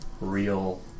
real